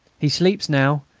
he sleeps now,